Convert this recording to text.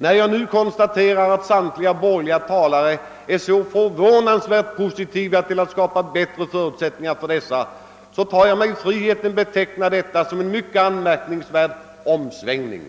När jag nu konstaterar att samtliga borgliga talare är så förvånansvärt positiva till tanken att skapa bättre förutsättningar för den arbetslöse, tar jag mig friheten att beteckna det som en mycket anmärkningsvärd omsvängning.